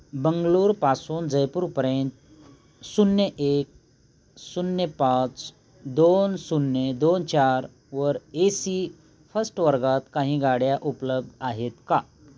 बंगळुरूपासून जयपूरपर्यंत शून्य एक शून्य पाच दोन शून्य दोन चार वर ए सी फस्ट वर्गात काही गाड्या उपलब्ध आहेत का